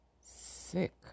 Sick